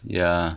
ya